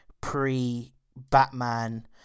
pre-Batman